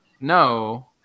no